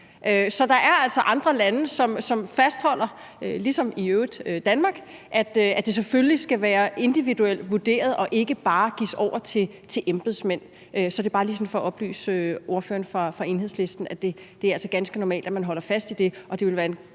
Så der er altså andre lande, som fastholder, ligesom i øvrigt Danmark, at det selvfølgelig skal være individuelt vurderet og ikke bare gives over til embedsmænd. Så det er bare lige sådan for at oplyse ordføreren fra Enhedslisten om, at det altså er ganske normalt, at man holder fast i det, og at det ville være en